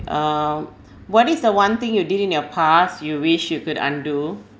uh what is the one thing you did in your past you wish you could undo